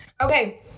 Okay